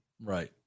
right